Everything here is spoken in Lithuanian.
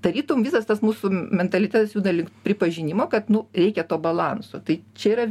tarytum visas tas mūsų mentalitetas juda link pripažinimo kad nu reikia to balanso tai čia yra